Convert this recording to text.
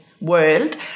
world